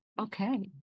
okay